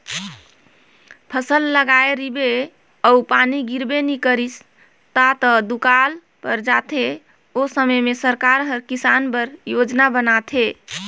फसल लगाए रिबे अउ पानी गिरबे नी करिस ता त दुकाल पर जाथे ओ समे में सरकार हर किसान बर योजना बनाथे